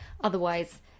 Otherwise